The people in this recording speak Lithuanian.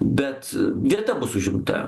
bet vieta bus užimta